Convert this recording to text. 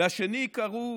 לשני קראו